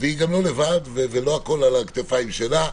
היא גם לא לבד ולא הכול על הכתפיים שלה.